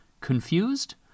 confused